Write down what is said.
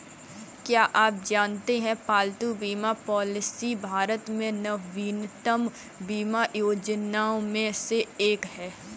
क्या आप जानते है पालतू बीमा पॉलिसी भारत में नवीनतम बीमा योजनाओं में से एक है?